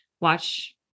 watch